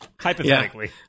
hypothetically